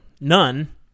none